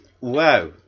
Wow